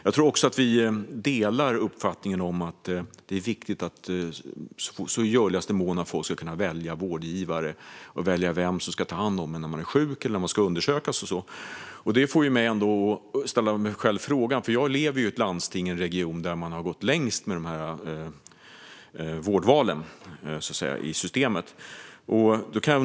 Jag tror också att vi delar uppfattningen att det är viktigt att folk i görligaste mån ska kunna välja vilken vårdgivare som ska ta hand om en när man är sjuk, när man ska undersökas och sådant. Jag lever i det landsting och den region där man har gått längst med dessa vårdval i systemet.